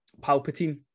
Palpatine